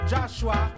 Joshua